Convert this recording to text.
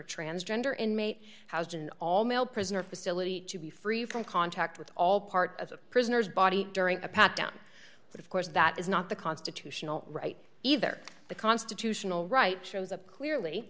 a transgender inmate housed in an all male prisoner facility to be free from contact with all part of a prisoner's body during a pat down but of course that is not the constitutional right either the constitutional right shows up clearly